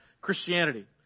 Christianity